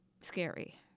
scary